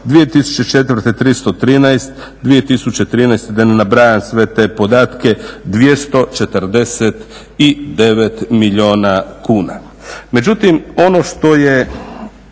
2004. 313 milijuna, 2013., da ne nabrajam sve te podatke, 249 milijuna kuna.